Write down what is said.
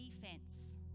defense